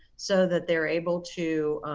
so that they're able to,